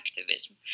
activism